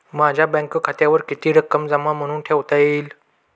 माझ्या बँक खात्यावर किती रक्कम जमा म्हणून ठेवता येईल?